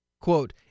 Quote